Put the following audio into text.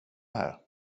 här